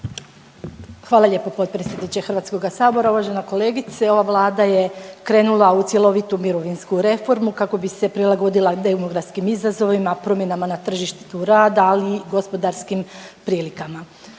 Hvala lijepo potpredsjedniče Hrvatskoga sabora. Uvažena kolegice, ova Vlada je krenula u cjelovitu mirovinsku reformu kako bi se prilagodila demografskim izazovima, promjenama na tržištu rada ali i gospodarskim prilikama.